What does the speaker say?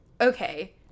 okay